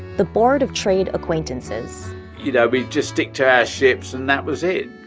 the board of trade acquaintances you know, we'd just stick to our ships and that was it.